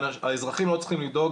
האזרחים לא צריכים לדאוג,